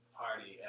party